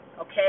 okay